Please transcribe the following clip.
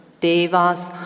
devas